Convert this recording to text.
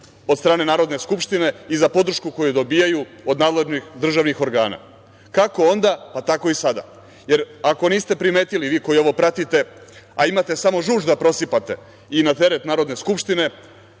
od strane Narodne skupštine i za podršku koju dobijaju od nadležnih državnih organa, kako onda, pa tako i sada. Ako niste primetili, vi koji ovo pratite, a imate samo žuč da prosipate i na teret Narodne skupštine,